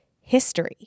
history